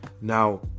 now